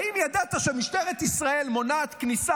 האם ידעת שמשטרת ישראל מונעת כניסה